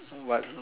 what